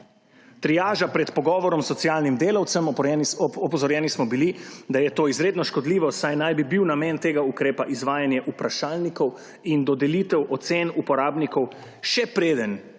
triaža pred pogovorom s socialnim delavcem. Opozorjeni smo bili, da je to izredno škodljivo, saj naj bi bil namen tega ukrepa izvajanje vprašalnikov in dodelitev ocen uporabnikov, še preden